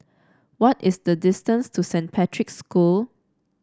what is the distance to Saint Patrick's School